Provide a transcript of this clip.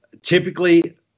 Typically